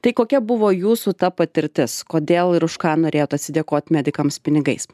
tai kokia buvo jūsų ta patirtis kodėl ir už ką norėjot atsidėkot medikams pinigais